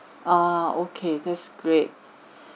ah okay that's great